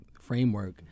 framework